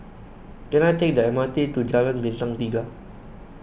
can I take the M R T to Jalan Bintang Tiga